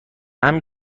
همین